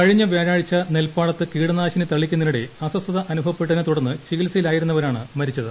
കഴിഞ്ഞ വ്യാഴാഴ്ച് നെൽപാടത്ത് ക്രീട്ടനാ്ശിനി തളിക്കുന്നതിനിടെ അസ്വസ്ഥത അനുഭവപ്പെട്ടതിനെ തുടർന്ന് ചികിൽസയിലായിരുന്നവരാണ് മരിച്ചത്